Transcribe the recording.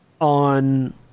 on